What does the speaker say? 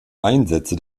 einsätze